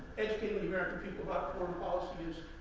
educating the american people about foreign policies.